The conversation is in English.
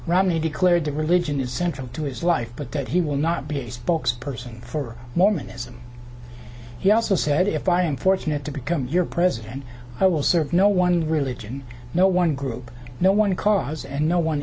romney declared that religion is central to his life but that he will not be a spokesperson for mormonism he also said if i am fortunate to become your president i will serve no one religion no one group no one cause and no one